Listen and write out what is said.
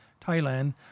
Thailand